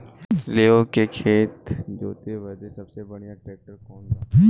लेव के खेत जोते बदे सबसे बढ़ियां ट्रैक्टर कवन बा?